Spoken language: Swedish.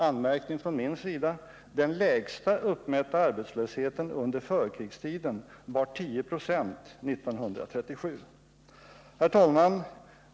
Anmärkning från min sida: Den lägsta uppmätta arbetslösheten under förkrigstiden var 10 96 1937. Herr talman!